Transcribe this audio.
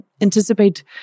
anticipate